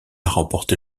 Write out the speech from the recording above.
remporter